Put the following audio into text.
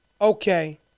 Okay